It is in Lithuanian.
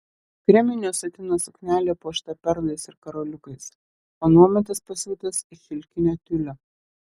kreminio satino suknelė puošta perlais ir karoliukais o nuometas pasiūtas iš šilkinio tiulio